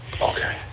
Okay